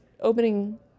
opening